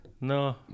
no